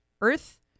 Earth